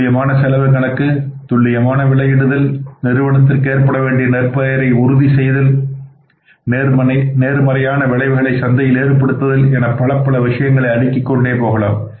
துல்லியமான செலவு கணக்கு துல்லியமான விலையிடுதல் நிறுவனத்திற்கு ஏற்பட வேண்டிய நற்பெயரை உறுதிசெய்தல் நேர்மறையான விளைவுகளை சந்தையில் ஏற்படுத்துதல் என பலப்பல விஷயங்களை அடுக்கிக் கொண்டே போகலாம்